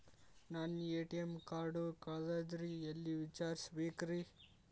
ನನ್ನ ATM card ಕಳದದ್ರಿ ಎಲ್ಲಿ ವಿಚಾರಿಸ್ಬೇಕ್ರಿ?